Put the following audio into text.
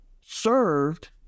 served